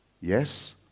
Yes